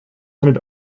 send